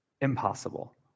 impossible